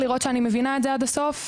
לראות שאני מבינה את זה עד הסוף,